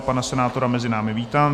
Pana senátora mezi námi vítám.